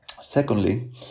Secondly